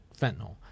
fentanyl